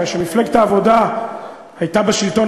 כאשר מפלגת העבודה הייתה בשלטון,